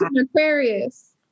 Aquarius